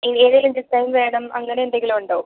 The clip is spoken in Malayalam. വേണം അങ്ങനെ എന്തെങ്കിലും ഉണ്ടോ